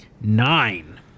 Nine